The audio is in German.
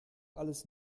alles